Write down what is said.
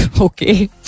okay